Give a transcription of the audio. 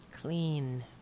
clean